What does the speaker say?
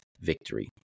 victory